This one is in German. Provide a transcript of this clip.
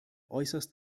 äußerst